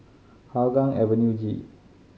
Hougang Avenue G